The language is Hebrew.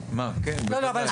כבוד היושב ראש.